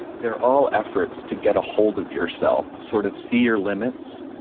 they're all efforts to get ahold of yourself, to sort of see your limits,